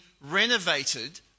renovated